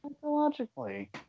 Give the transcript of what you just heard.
psychologically